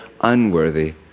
unworthy